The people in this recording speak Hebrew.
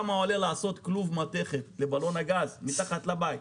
כמה עולה לעשות כלוב מתכת לבלון הגז מתחת לבית?